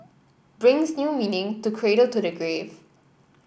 brings new meaning to cradle to the grave